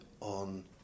on